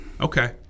Okay